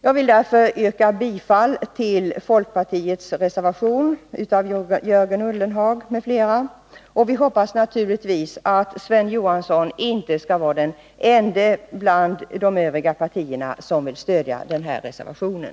Jag vill därför yrka bifall till folkpartireservationen av Jörgen Ullenhag m.fl. Vi hoppas naturligtvis att Sven Johansson inte skall vara den ende från de övriga partierna som vill stödja denna reservation.